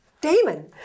Damon